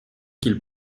qu’il